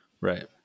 Right